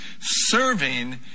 Serving